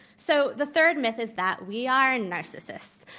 so the third myth is that we are narcissists.